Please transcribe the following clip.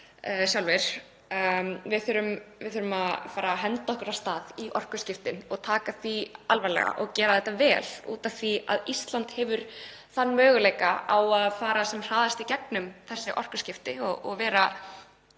sjálfir. Við þurfum að henda okkur af stað í orkuskiptin, taka það alvarlega og gera það vel, af því að Ísland á möguleika á því að fara sem hraðast í gegnum þessi orkuskipti og vera